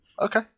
Okay